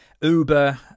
Uber